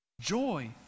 joy